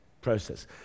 process